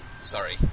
Sorry